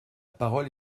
parole